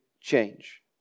change